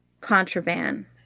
contraband